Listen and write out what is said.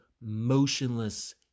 motionless